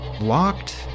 locked